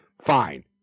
fine